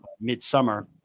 mid-summer